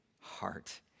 heart